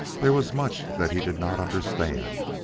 there was much that he did not understand,